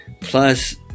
plus